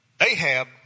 Ahab